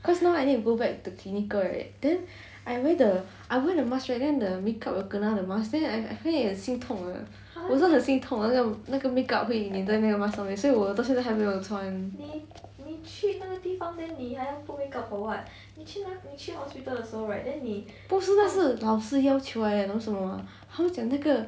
cause now I need to go back to clinical right then I wear the I wear the mask right then the makeup will kena the mask then I find it 心痛我真的心痛好像那个 makeup 会粘在 mask 上面所以我到现在都还没有穿不是但是老师要求的你懂为什吗他讲那个